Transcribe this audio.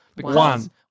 One